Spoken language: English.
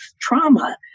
trauma